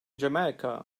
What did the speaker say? jamaica